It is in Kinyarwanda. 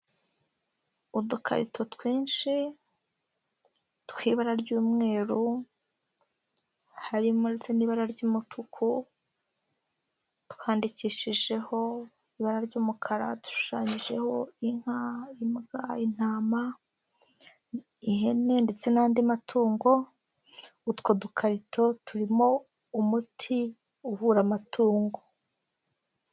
Udukarito twinshi tw'ibara ry'umweru, harimo ndetse n'ibara ry'umutuku, twandikishijeho ibara ry'umukara, dushushanyijeho inka, imbwa, intama, ihene ndetse n'andi matungo, utwo dukarito turimo umuti, uvura amatungo.